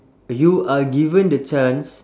you are given the chance